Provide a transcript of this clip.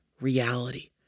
reality